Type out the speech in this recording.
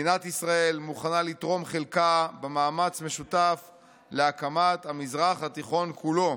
מדינת ישראל מוכנה לתרום חלקה במאמץ משותף לקדמת המזרח התיכון כולו.